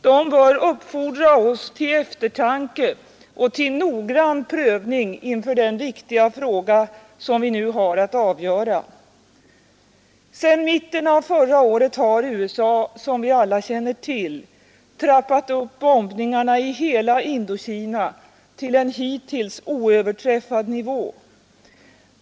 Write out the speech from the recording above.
De bör uppfordra oss till eftertanke och noggrann prövning inför den viktiga fråga som vi nu har att avgöra. Sedan mitten av förra året har USA, som vi alla känner till, trappat upp bombningarna i hela Indokina till en hittills oöverträffad nivå.